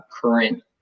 current